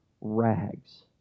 rags